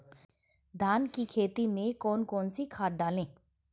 धान की खेती में कौन कौन सी खाद डालें?